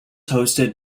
hosted